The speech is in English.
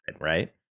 right